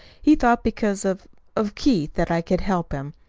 he thought because of of keith, that i could help him.